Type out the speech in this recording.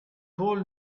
told